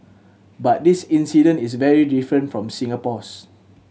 but this incident is very different from Singapore's